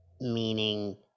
meaning